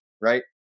right